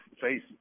face